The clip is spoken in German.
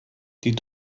die